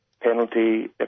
penalty